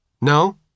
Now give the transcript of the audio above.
No